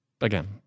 again